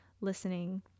listening